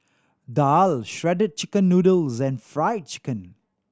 daal Shredded Chicken Noodles and Fried Chicken